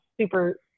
super